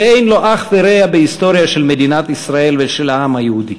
שאין לו אח ורע בהיסטוריה של מדינת ישראל ושל העם היהודי.